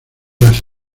las